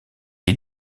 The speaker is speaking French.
est